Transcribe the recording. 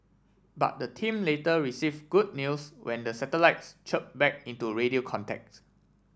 but the team later received good news when the satellites chirped back into radio contacts